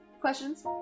Questions